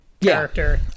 character